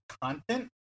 content